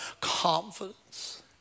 Confidence